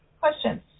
questions